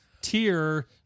tier